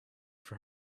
for